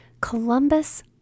Columbus